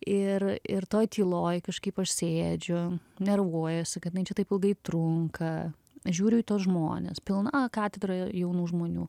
ir ir toj tyloj kažkaip aš sėdžiu nervuojuosi kad jinai čia taip ilgai trunka žiūriu į tuos žmones pilna katedra jaunų žmonių